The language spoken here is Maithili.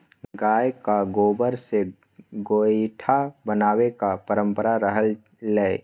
गायक गोबर सँ गोयठा बनेबाक परंपरा रहलै यै